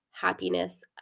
happiness